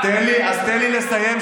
אז תן לי לסיים,